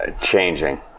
changing